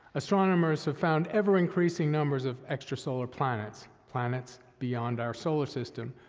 astronomers have found ever-increasing numbers of extra-solar planets, planets beyond our solar system,